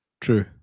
True